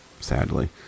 sadly